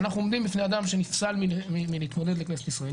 אנחנו עומדים בפני אדם שנפסל מלהתמודד לכנסת ישראל,